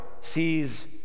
sees